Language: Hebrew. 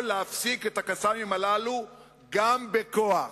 להפסיק את ה"קסאמים" הללו גם בכוח.